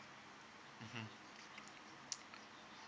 mmhmm